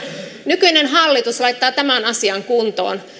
nykyinen hallitus laittaa tämän asian kuntoon